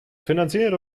finanziert